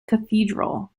cathedral